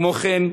כמו כן,